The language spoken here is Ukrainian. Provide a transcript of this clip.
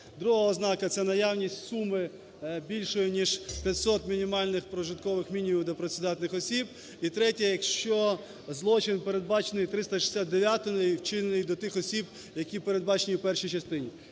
друга ознака – це наявність суми більшої ніж 500 мінімальних прожиткових мінімумів для працездатних осіб; і третя – якщо злочин, передбачений 369-ю вчинений до тих осіб, які передбачені в першій частині.